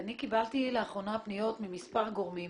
אני קיבלתי לאחרונה פניות ממספר גורמים